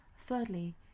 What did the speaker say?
Thirdly